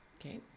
Okay